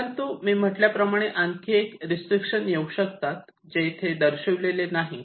परंतु मी म्हटल्याप्रमाणे आणखी एक रिस्ट्रीक्शन येऊ शकतात जे येथे दर्शविलेले नाही